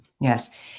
Yes